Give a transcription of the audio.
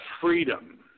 freedom